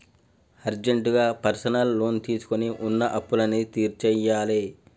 అర్జెంటుగా personal loan తీసుకొని వున్న అప్పులన్నీ తీర్చేయ్యాలే